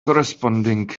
corresponding